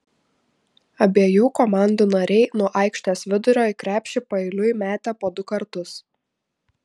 abiejų komandų nariai nuo aikštės vidurio į krepšį paeiliui metė po du kartus